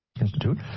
Institute